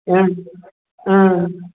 ह्म् ह्म्